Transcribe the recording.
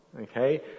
Okay